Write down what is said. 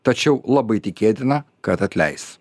tačiau labai tikėtina kad atleis